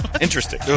Interesting